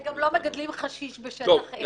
וגם לא מגדלים חשיש בשטח אש.